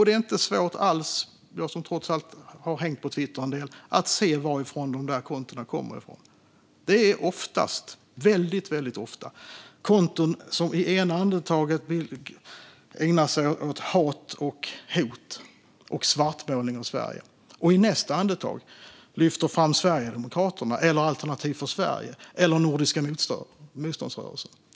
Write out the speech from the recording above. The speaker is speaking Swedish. Det är inte svårt alls - jag har trots allt hängt på Twitter en del - att se varifrån dessa konton kommer. Det är väldigt ofta konton som i ena andetaget ägnar sig åt hat, hot och svartmålning av Sverige och i andra andetaget lyfter fram Sverigedemokraterna, Alternativ för Sverige eller Nordiska motståndsrörelsen.